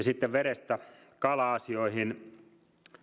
sitten vedestä kala asioihin